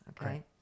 Okay